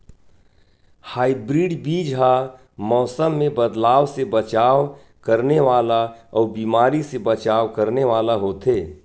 hybrid बीज हा मौसम मे बदलाव से बचाव करने वाला अउ बीमारी से बचाव करने वाला होथे